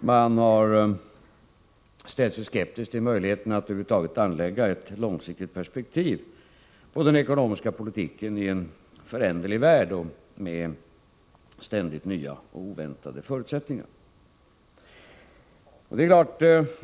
Man har ställt sig skeptisk till möjligheterna att över huvud taget anlägga ett långsiktigt perspektiv på den ekonomiska politiken i en föränderlig värld och med ständigt nya och oväntade förutsättningar.